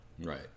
Right